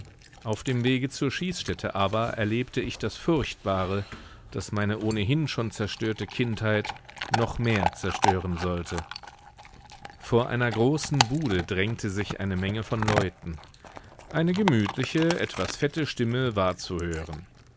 auf dem wege zur schießstätte aber erlebte ich das furchtbare das meine ohnehin schon zerstörte kindheit noch mehr zerstören sollte vor einer großen bude drängte sich eine menge von leuten eine gemütliche etwas fette stimme war zu hören